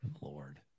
Lord